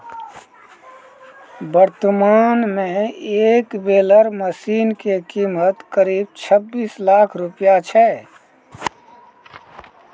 वर्तमान मॅ एक बेलर मशीन के कीमत करीब छब्बीस लाख रूपया छै